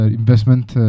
investment